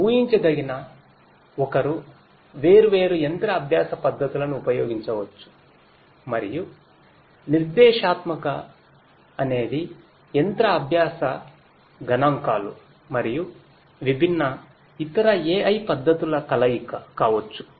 ఉహించదగిన ఒకరు వేర్వేరు యంత్ర అభ్యాస పద్ధతులను ఉపయోగించవచ్చు మరియు నిర్దేశాత్మక అనేది యంత్ర అభ్యాస గణాంకాలు మరియు విభిన్న ఇతర AI పద్ధతుల కలయిక కావచ్చు